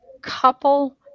couple